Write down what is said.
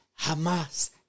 Hamas